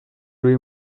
روی